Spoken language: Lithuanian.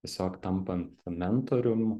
tiesiog tampant mentorium